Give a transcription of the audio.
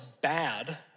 bad